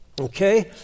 Okay